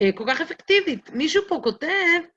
כל כך אפקטיבית. מישהו פה כותב...